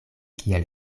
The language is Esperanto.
kiel